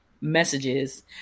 messages